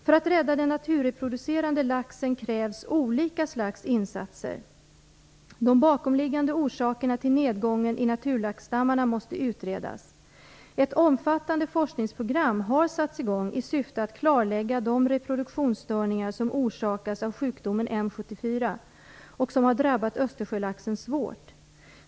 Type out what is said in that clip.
För att rädda den naturreproducerande laxen krävs olika slags insatser. De bakomliggande orsakerna till nedgången i naturlaxstammarna måste utredas. Ett omfattande forskningsprogram har satts i gång i syfte att klarlägga de reproduktionsstörningar som orsakas av sjukdomen M74 och som har drabbat Östersjölaxen svårt.